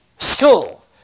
School